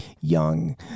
young